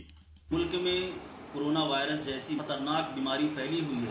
bite मुल्क में coronavirus जैसी खतरनाक बीमारी फैली हुई है